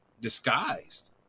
disguised